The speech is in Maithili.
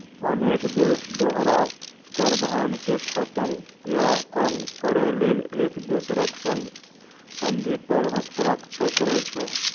अनेक देश दोहरा कराधान कें खत्म या कम करै लेल एक दोसरक संग संधि पर हस्ताक्षर करै छै